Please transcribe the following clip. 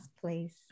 please